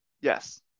Yes